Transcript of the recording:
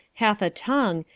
hath a tongue,